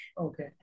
Okay